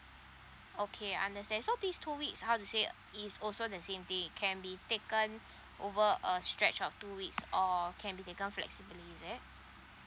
okay understand so these two weeks how to say is also the same thing can be taken over a stretch of two weeks or can be taken flexibly is it